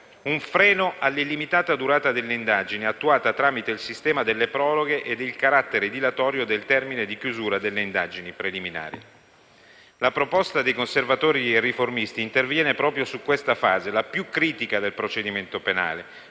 un freno all'illimitata durata delle indagini, attuata tramite il sistema delle proroghe ed il carattere dilatorio del termine di chiusura delle indagini preliminari. La proposta dei Conservatori e Riformisti interviene proprio sulla questa fase, la più critica del procedimento penale,